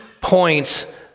points